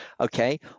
Okay